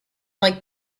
like